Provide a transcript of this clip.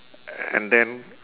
and then